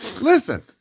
Listen